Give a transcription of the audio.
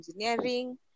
engineering